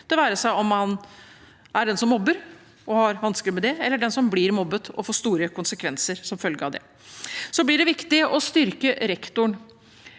det være seg om man er den som mobber og har det vanskelig med det, eller den som blir mobbet og får store konsekvenser som følge av det. Det blir viktig å styrke rektoren.